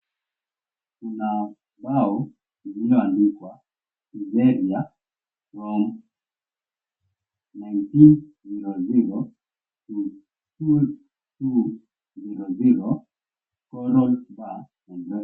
Kuna bao Liberia lililoandikwa from 1900 to 2200 follows back..